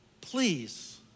please